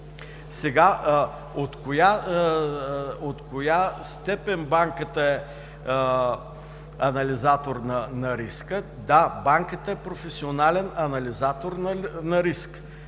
От коя степен банката е анализатор на риска? Да, банката е професионален анализатор на риск.